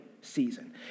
season